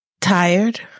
Tired